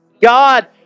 God